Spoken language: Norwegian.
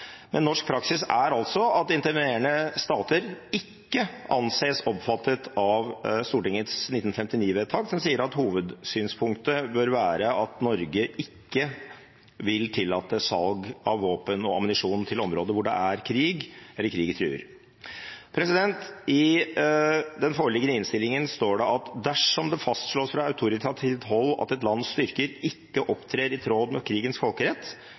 men norsk praksis er altså at intervenerende stater ikke anses omfattet av Stortingets 1959-vedtak, som sier at «hovedsynspunktet bør være at Norge ikke vil tillate salg av våpen og ammunisjon til områder hvor det er krig eller krig truer». I den foreliggende innstillingen står det: «Dersom det fastslås fra autorativt hold at et lands styrker ikke opptrer i tråd med krigens folkerett,